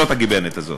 זאת הגיבנת הזאת,